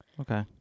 Okay